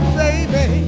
baby